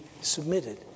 submitted